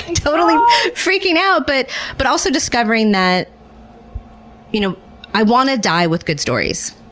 totally freaking out but but also discovering that you know i want to die with good stories.